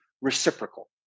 reciprocal